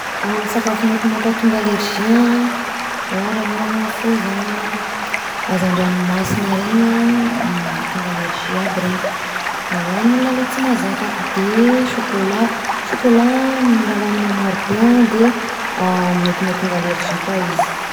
Ny sakafo mety mampatonga alerzia an, ôragna, foza, hazandranomasina reny an, mahatonga alerzia aby reny ho an'ny olona le tsy mahazaka, de sokola, sokola raha hohanina marobe de mety mahatonga alerzia koa izy.